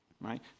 right